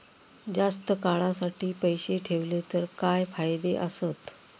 जास्त काळासाठी पैसे ठेवले तर काय फायदे आसत?